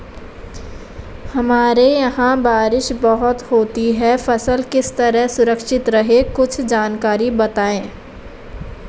हमारे यहाँ बारिश बहुत होती है फसल किस तरह सुरक्षित रहे कुछ जानकारी बताएं?